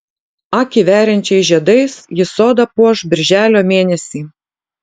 akį veriančiais žiedais ji sodą puoš birželio mėnesį